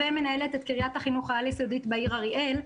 ומנהלת את קרית החינוך העל יסודית בעיר אריאל.